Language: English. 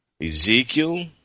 Ezekiel